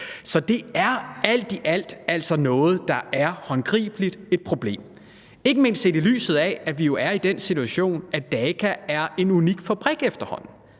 Så det er alt i alt altså noget, der håndgribeligt er et problem – ikke mindst set i lyset af at vi jo er i den situation, at Daka er en unik fabrik efterhånden.